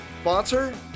sponsor